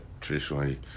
traditionally